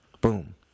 Boom